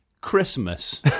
Christmas